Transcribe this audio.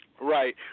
Right